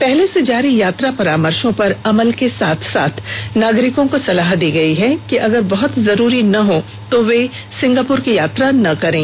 पहले से जारी यात्रा परामर्शो पर अमल के साथ साथ नागरिकों को सलाह दी गयी है कि अगर बहत जरूरी न हो वे सिंगापुर की यात्रा न करें